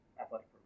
athletic